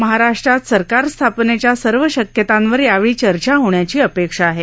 महाराष्ट्रात सरकार स्थापनेच्या सर्व शक्यतांवर यावेळी चर्चा होण्याची अपेक्षा आहे